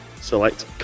select